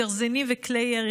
גרזינים וכלי ירי.